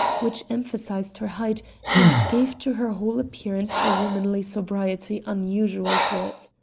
which emphasized her height and gave to her whole appearance a womanly sobriety unusual to it.